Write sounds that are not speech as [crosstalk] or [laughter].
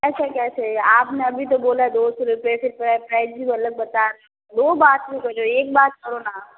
ऐसा कैसे आपने अभी तो बोला दो सौ रुपये [unintelligible] प्राइस भी अलग बता रहे हो दो बात नहीं बोलो एक बात करो न